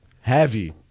Heavy